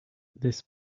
this